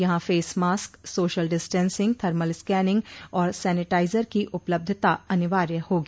यहां face mask social distancing thermal scanning और sanitiser की उपलब्धता अनिवार्य होगी